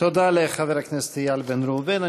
תודה לחבר הכנסת איל בן ראובן.